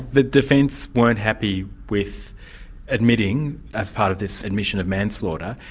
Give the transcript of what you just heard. the defence weren't happy with admitting, as part of this admission of manslaughter,